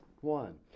One